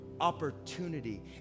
opportunity